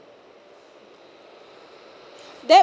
there